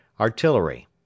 Artillery